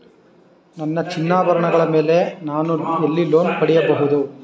ನನ್ನ ಚಿನ್ನಾಭರಣಗಳ ಮೇಲೆ ನಾನು ಎಲ್ಲಿ ಲೋನ್ ಪಡೆಯಬಹುದು?